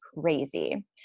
crazy